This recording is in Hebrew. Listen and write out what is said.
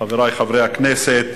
חברי חברי הכנסת,